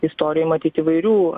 istorijų matyt įvairių